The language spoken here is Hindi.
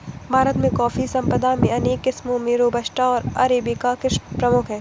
भारत में कॉफ़ी संपदा में अनेक किस्मो में रोबस्टा ओर अरेबिका किस्म प्रमुख है